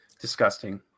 disgusting